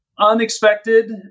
unexpected